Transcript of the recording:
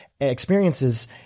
experiences